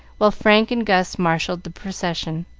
while frank and gus marshalled the procession.